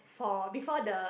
for before the